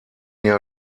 jahr